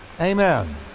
Amen